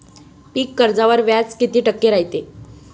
पीक कर्जावर व्याज किती टक्के रायते?